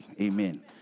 Amen